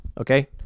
Okay